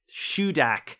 shudak